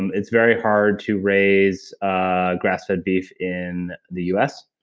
and it's very hard to raise ah grass-fed beef in the us,